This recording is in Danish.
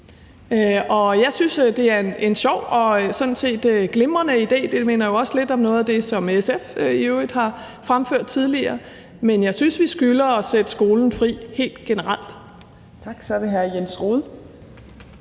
Jeg synes, det er en sjov og sådan set glimrende idé. Den minder jo også lidt om noget af det, som SF i øvrigt har fremført tidligere, men jeg synes, vi skylder skolen at sætte den fri helt generelt. Kl. 14:56 Fjerde